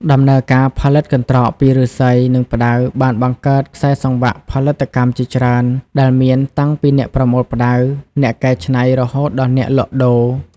ដំណើរការផលិតកន្ត្រកពីឫស្សី និងផ្តៅបានបង្កើតខ្សែសង្វាក់ផលិតកម្មជាច្រើន ដែលមានតាំងពីអ្នកប្រមូលផ្តៅ អ្នកកែច្នៃរហូតដល់អ្នកលក់ដូរ។